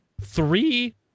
three